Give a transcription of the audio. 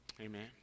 Amen